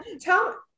tell